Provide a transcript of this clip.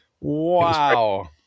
wow